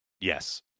yes